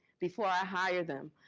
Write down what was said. before i hire them,